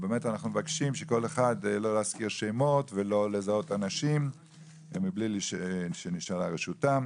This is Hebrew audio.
אנחנו מבקשים לא להזכיר שמות ולא לזהות אנשים מבלי שנשאלה רשותם.